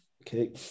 okay